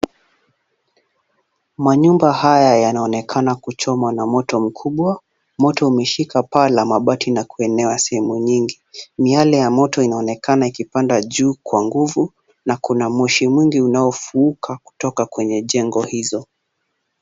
Manyumba haya yanaonekana kuchomwa na moto mkubwa, moto umeshika paa la mabati na kuenea sehemu nyingi. Miale ya moto, inaonekana ikipanda juu kwa nguvu na kuna moshi mingi unaofuuka kutoka kwenye jengo hizo.